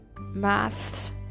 maths